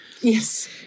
Yes